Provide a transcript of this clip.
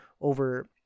over